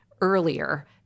earlier